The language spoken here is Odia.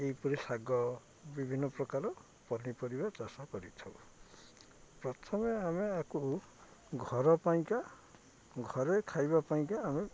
ଏହିପରି ଶାଗ ବିଭିନ୍ନ ପ୍ରକାର ପନିପରିବା ଚାଷ କରିଥାଉ ପ୍ରଥମେ ଆମେ ଆକୁ ଘର ପାଇଁକା ଘରେ ଖାଇବା ପାଇଁକା ଆମେ